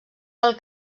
del